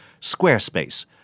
Squarespace